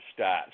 stats